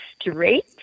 straight